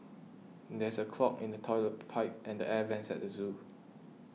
there is a clog in the Toilet Pipe and the Air Vents at the zoo